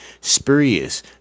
spurious